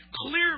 clearly